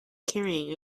carrying